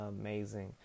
amazing